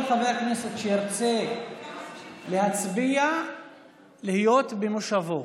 חבר הכנסת שירצה להצביע להיות במושבו,